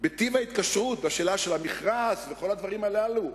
בטיב ההתקשרות, בשאלה של המכרז וכל הדברים הללו.